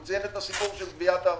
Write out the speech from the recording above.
הוא סיפר על גביית הארנונה,